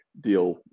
deal